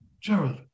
gerald